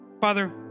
Father